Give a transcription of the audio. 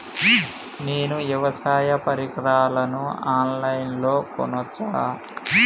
నేను వ్యవసాయ పరికరాలను ఆన్ లైన్ లో కొనచ్చా?